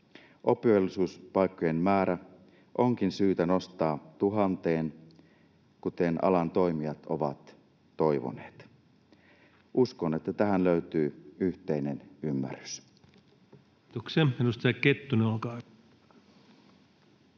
Oppivelvollisuuspaikkojen määrä onkin syytä nostaa tuhanteen, kuten alan toimijat ovat toivoneet. Uskon, että tähän löytyy yhteinen ymmärrys.